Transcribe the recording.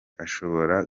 ashobora